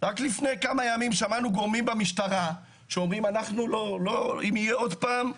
רק לפני כמה ימים שמענו גורמים במשטרה שאומרים: אם יהיה עוד פעם,